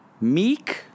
meek